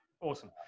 Awesome